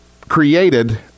created